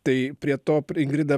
tai prie to ingrida